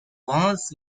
walls